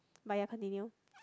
but ya continue